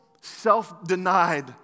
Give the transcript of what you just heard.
self-denied